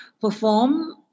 perform